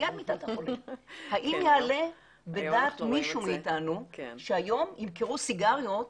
האם יעלה בדעת מישהו מאיתנו שהיום ימכרו סיגריות?